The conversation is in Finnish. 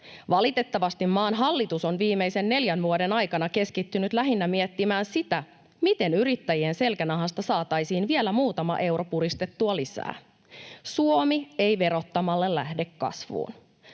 Valitettavasti maan hallitus on viimeisen neljän vuoden aikana keskittynyt lähinnä miettimään sitä, miten yrittäjien selkänahasta saataisiin puristettua vielä muutama euro lisää. Suomi ei verottamalla lähde kasvuun.